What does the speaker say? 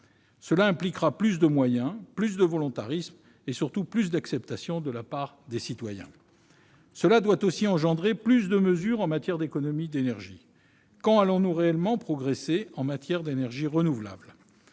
impliquera plus de moyens, plus de volontarisme et surtout plus d'acceptation de la part des citoyens. Elle doit aussi engendrer plus de mesures d'économies d'énergie. Quand allons-nous réellement progresser en matière d'énergie renouvelable ?